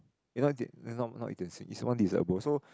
ok not 一点心 is one dessert bowl so